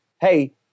hey